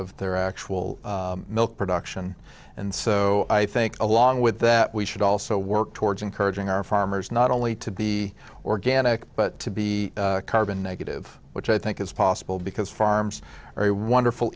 of their actual milk production and so i think along with that we should also work towards encouraging our farmers not only to be organic but to be carbon negative which i think is possible because farms are a wonderful